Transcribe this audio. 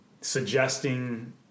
suggesting